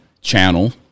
channel